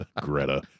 Greta